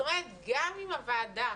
גם אם הוועדה